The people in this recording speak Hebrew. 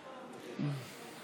ההצבעה: בעד, 67,